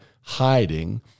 hiding